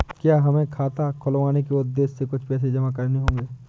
क्या हमें खाता खुलवाने के उद्देश्य से कुछ पैसे जमा करने होंगे?